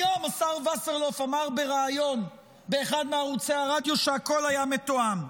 היום השר וסרלאוף אמר בריאיון באחד מערוצי הרדיו שהכול היה מתואם.